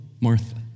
Martha